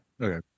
Okay